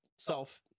self